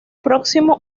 próximo